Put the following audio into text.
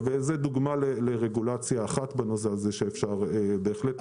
זו דוגמה לרגולציה אחת בנושא הזה שאפשר בהחלט לקדם.